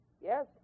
Yes